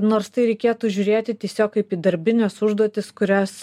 nors tai reikėtų žiūrėti tiesiog kaip į darbines užduotis kurias